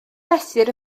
mesur